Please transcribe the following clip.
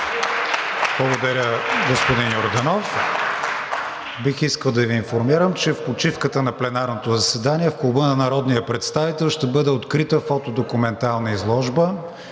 Благодаря, господин Йорданов. Бих искал да Ви информирам, че в почивката на пленарното заседание в Клуба на народния представител ще бъде открита фотодокументална изложба